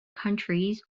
countries